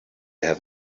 have